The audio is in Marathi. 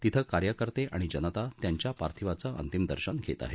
तिथं कार्यकर्ते आणि जनता त्यांच्या पार्थिवाचं अंतिम दर्शन घेत आहेत